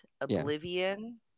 Oblivion